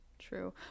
true